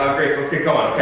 um grace, let's get going,